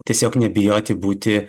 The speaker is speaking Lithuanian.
tiesiog nebijoti būti